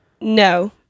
No